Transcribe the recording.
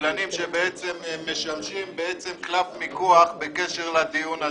קבלנים שמשמשים בעצם קלף מיקוח בקשר לדיון הזה.